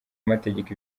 amategeko